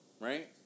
right